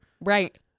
Right